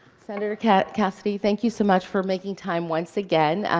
sen. cassidy, thank you so much for making time once again.